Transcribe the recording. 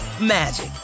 magic